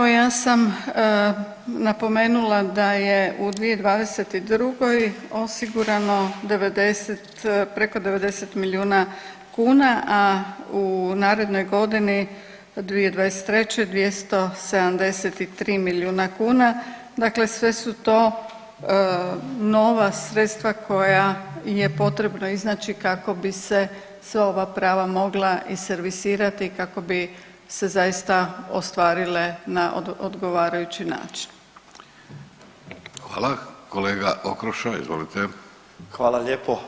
Pa evo ja sam napomenula da je u 2022. osigurano 90, preko 90 milijuna kuna, a u narednoj godini 2023. 273 milijuna kuna, dakle sve su to nova sredstva koja je potrebno iznaći kako bi se sva ova prava mogla i servisirati i kako bi se zaista ostvarile na odgovarajući način.